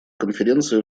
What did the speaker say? конференция